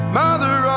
mother